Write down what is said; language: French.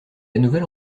nouvelle